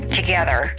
together